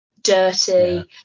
dirty